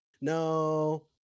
No